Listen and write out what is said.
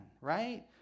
right